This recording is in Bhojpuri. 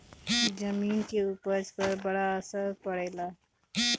जमीन के उपज पर बड़ा असर पड़ेला